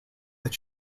that